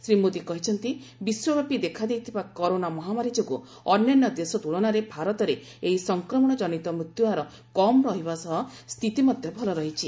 ଶ୍ରୀ ମୋଦି କହିଛନ୍ତି ବିଶ୍ୱବ୍ୟାପୀ ଦେଖାଦେଇଥିବା କରୋନା ମହାମାରୀ ଯୋଗୁଁ ଅନ୍ୟାନ୍ୟ ଦେଶ ତୁଳନାରେ ଭାରତରେ ଏହି ସଂକ୍ରମଶଜନିତ ମୃତ୍ୟୁହାର କମ୍ ରହିବା ସହ ସ୍ଥିତି ମଧ୍ୟ ଭଲ ରହିଛି